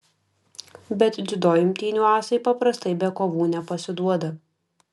bet dziudo imtynių asai paprastai be kovų nepasiduoda